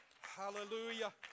Hallelujah